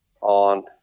on